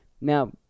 Now